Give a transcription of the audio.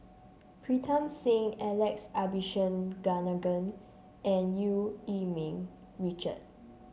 Pritam Singh Alex Abisheganaden and Eu Yee Ming Richard